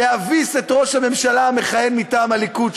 להביס את ראש הממשלה המכהן מטעם הליכוד,